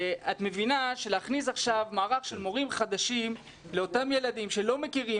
ואת מבינה שלהכניס עכשיו מערך של מורים חדשים לאותם ילדים שלא מכירים,